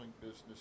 business